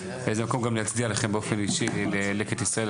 זה המקום גם להצדיע לכם באופן אישי ללקט ישראל,